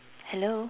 hello